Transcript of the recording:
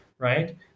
Right